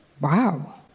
Wow